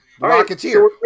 Rocketeer